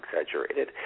exaggerated